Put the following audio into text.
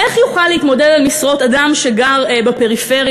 איך יוכל להתמודד על משרות אדם שגר בפריפריה,